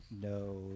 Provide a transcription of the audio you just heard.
no